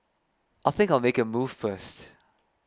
I think I make a move first